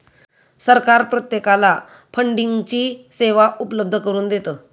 सरकार प्रत्येकाला फंडिंगची सेवा उपलब्ध करून देतं